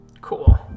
Cool